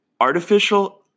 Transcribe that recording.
artificial